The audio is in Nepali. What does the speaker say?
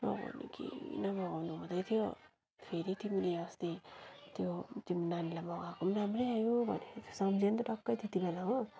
मगाउनु कि नमगाउनु हुँदै थियो फेरि तिमीले अस्ति त्यो तिम्रो नानीलाई मगाएको पनि राम्रै आयो भनेको सम्झिएँ नि त टक्कै त्यति बेला हो